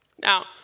Now